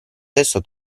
testo